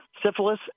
Syphilis